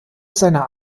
seiner